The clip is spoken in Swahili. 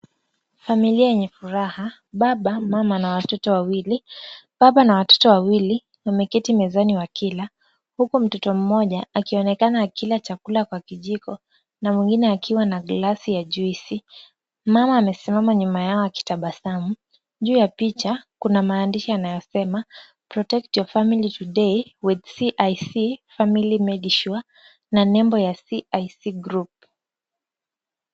Familia yenye furaha, baba, mama na watoto wawili. Baba na watoto wawili wameketi mezani wakila, huku mtoto mmoja akionekana akila chakula kwa kijiko na mwingine akiwa na glesi ya juice . Mama amesimama nyuma yao akitabasamu. Juu ya picha kuna maandishi yanayosema, Protect Your Family Today with CIC Family Medisure na nembo ya CIC Group.